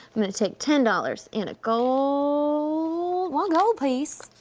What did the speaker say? i'm gonna take ten dollars and a gold, so one gold, please.